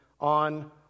on